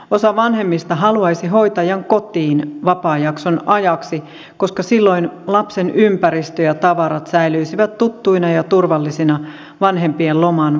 osa vanhemmista haluaisi hoitajan kotiin vapaajakson ajaksi koska silloin lapsen ympäristö ja tavarat säilyisivät tuttuina ja turvallisina vanhempien loman aikanakin